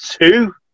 two